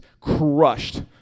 crushed